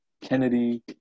Kennedy